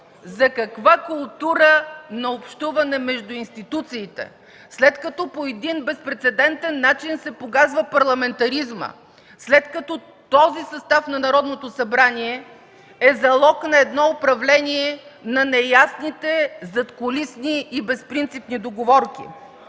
За каква култура на общуване между институциите, след като по един безпрецедентен начин се показва парламентаризмът, след като този състав на Народното събрание е залог на едно управление на неясните задкулисни и безпринципни договорки?